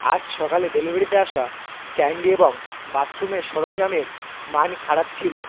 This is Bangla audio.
আজ সকালে ডেলিভারিতে আসা ক্যাণ্ডি এবং বাথরুমের সরঞ্জামের মান খারাপ ছিল